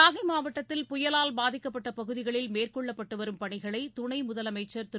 நாகை மாவட்டத்தில் புயலால் பாதிக்கப்பட்ட பகுதிகளில் மேற்கொள்ளப்பட்டு வரும் பணிகளை துணை முதலமைச்சர் திரு